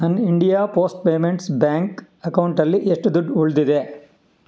ನನ್ನ India post payments bank ಅಕೌಂಟಲ್ಲಿ ಎಷ್ಟು ದುಡ್ಡು ಉಳಿದಿದೆ